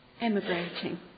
emigrating